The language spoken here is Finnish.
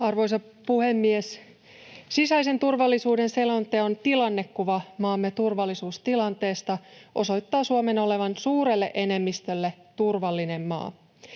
Arvoisa puhemies! Sisäisen turvallisuuden selonteon tilannekuva maamme turvallisuustilanteesta osoittaa Suomen olevan suurelle enemmistölle turvallinen maa.